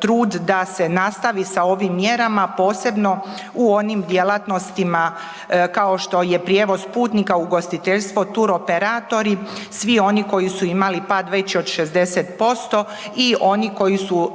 trud da se nastavi s ovim mjerama posebno u onim djelatnostima kao što je prijevoz putnika, ugostiteljstvo, turoperatori, svi oni koji su imali pad veći od 60% i oni koji su